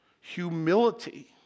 humility